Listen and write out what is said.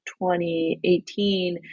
2018